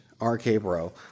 RK-Bro